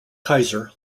kaiser